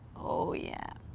oh yeah.